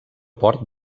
port